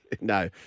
No